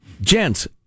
Gents